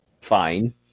fine